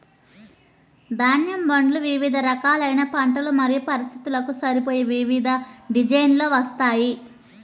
ధాన్యం బండ్లు వివిధ రకాలైన పంటలు మరియు పరిస్థితులకు సరిపోయే వివిధ డిజైన్లలో వస్తాయి